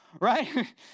right